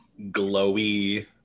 Glowy